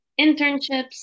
internships